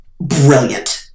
brilliant